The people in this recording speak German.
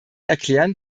erklären